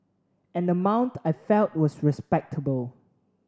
an amount I felt was respectable